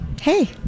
hey